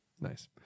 nice